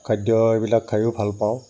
খাদ্য এইবিলাক খায়ো ভাল পাওঁ